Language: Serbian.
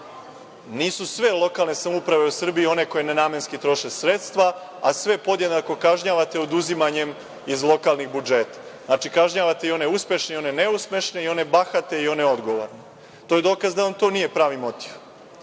Nisu sve lokalne samouprave u Srbiji i one koje nenamenski troše sredstva, a sve podjednako kažnjavate oduzimanjem iz lokalnih budžeta. Znači, kažnjavate i one uspešne i one neuspešne i one bahate i one odgovorne. To je dokaz da vam to nije pravi motiv. Druga